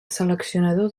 seleccionador